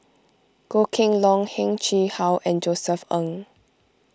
Goh Kheng Long Heng Chee How and Josef Ng